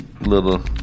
Little